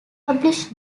published